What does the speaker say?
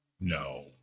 No